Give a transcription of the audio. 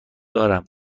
دارم